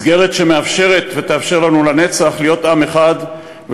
מסגרת שמאפשרת ותאפשר לנו להיות עם אחד לנצח,